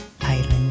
Island